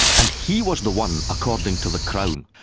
and he was the one, according to the crown,